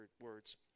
words